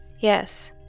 yes